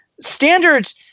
standards